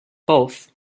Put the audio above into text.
both